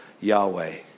Yahweh